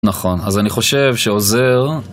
נכון, אז אני חושב שעוזר.